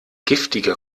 giftige